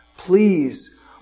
Please